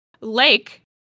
Lake